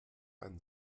einen